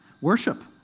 Worship